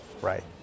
right